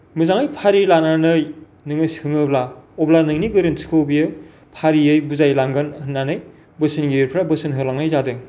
मोजाङै फारि लानानै नोङो सोङोब्ला अब्ला नोंनि गोरोन्थिखौ बियो फारियै बुजायलांगोन होननानै बोसोनगिरिफ्रा बोसोन होलांनाय जादों